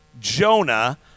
Jonah